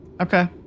Okay